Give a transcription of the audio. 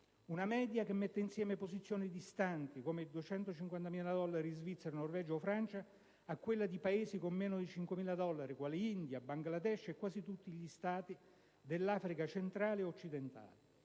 Una media che mette posizioni distanti, come i 250.000 dollari di Svizzera, Norvegia o Francia, insieme a quelle di Paesi con meno di 5.000 dollari, quali India, Bangladesh e quasi tutti gli Stati dell'Africa centrale o occidentale.